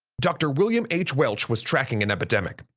doctor william h. welch was tracking an epidemic.